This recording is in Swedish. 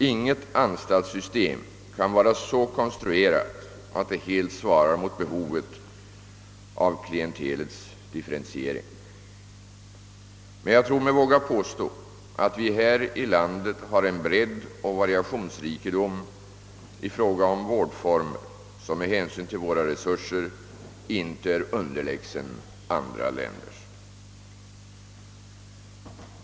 Inget anstaltssystem kan vara så konstruerat att det helt svarar mot behovet av klientelets differentiering. Men jag tror mig våga påstå att vi här i landet har en bredd och variationsrikedom i fråga om vårdformer som med hänsyn till våra resurser inte är underlägsna andra länders.